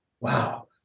Wow